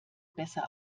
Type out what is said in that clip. besser